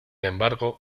embargo